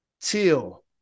Till